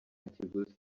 kiguzi